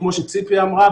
כמו שציפי אמרה,